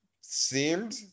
seemed